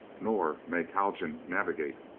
nor make haljan navigate.